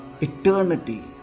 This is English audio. eternity